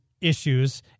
issues